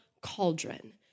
cauldron